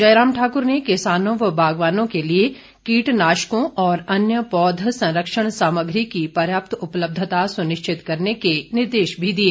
जयराम ठाक्र ने किसानों व बागवानों के लिए कीटनाशकों और अन्य पौध संरक्षण सामग्री की पर्याप्त उपलब्धता सुनिश्चित करने के निर्देश भी दिए